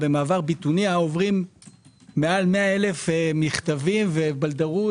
למשל במעבר בטוניה עוברים מעל 100,000 מכתבים ובלדרות